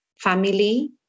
family